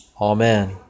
Amen